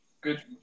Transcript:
Good